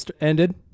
ended